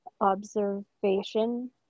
observation